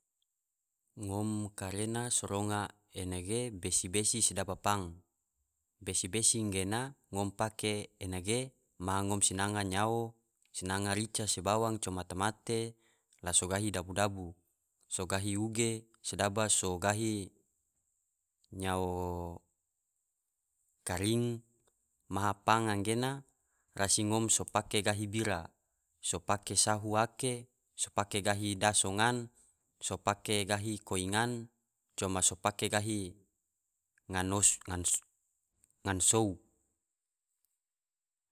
Ngom karena so ronga ena ge besi-besi se daba pang, besi-besi gena ngom pake ena ge maha ngom sinanga nyao, sinanga rica se bawang coma tamate, la so gahi dabu-dabu so gahi uge sedaba so gahi nyao karing, maha pang gena rasi ngom so pake gahi bira, so pake sahu ake, so pake gahi daso ngan, so pake gahi koi ngan, coma so pake gahi ngam sou.